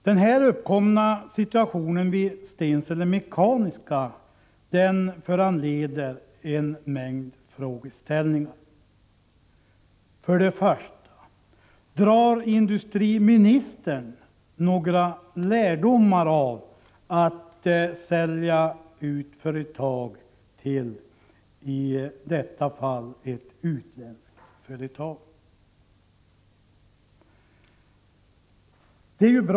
Den uppkomna situationen vid Stensele Mekaniska Verkstad föranleder en mängd frågeställningar. För det första: Drar industriministern några lärdomar av att sälja ut företag till i detta fall ett utländskt företag? Det är ju Prot.